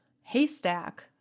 haystack